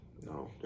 No